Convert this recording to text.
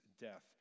death